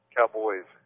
Cowboys